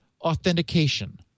authentication